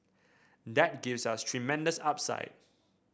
that gives us tremendous upside